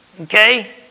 Okay